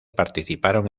participaron